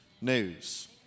news